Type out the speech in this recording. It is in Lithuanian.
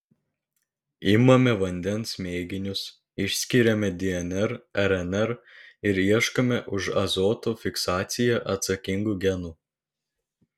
imame vandens mėginius išskiriame dnr rnr ir ieškome už azoto fiksaciją atsakingų genų